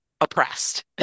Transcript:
oppressed